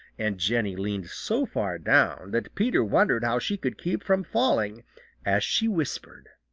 and jenny leaned so far down that peter wondered how she could keep from falling as she whispered,